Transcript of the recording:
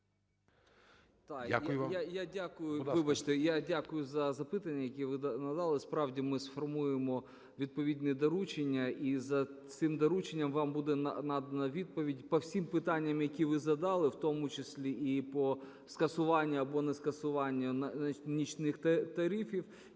я дякую за запитання, яке ви надали. Справді ми сформуємо відповідні доручення, і за цим дорученням вам буде надано відповідь по всіх питаннях, які ви задали, в тому числі і по скасуванню або нескасуванню нічних тарифів.